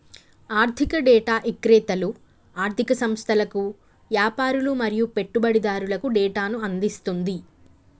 ఆర్ధిక డేటా ఇక్రేతలు ఆర్ధిక సంస్థలకు, యాపారులు మరియు పెట్టుబడిదారులకు డేటాను అందిస్తుంది